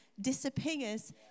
disappears